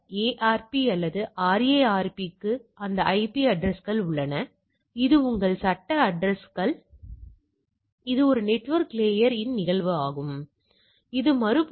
ஆனால் கட்டின்மை கூறுகள் அதிகரிக்கும்போது பரவலை இயல்நிலையாக மதிப்பிடமுடியும்